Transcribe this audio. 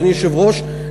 אדוני היושב-ראש,